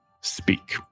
speak